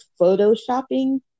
photoshopping